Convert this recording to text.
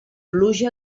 pluja